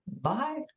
bye